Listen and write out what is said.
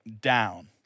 down